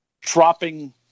dropping